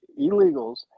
illegals